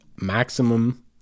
maximum